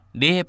de